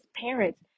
parents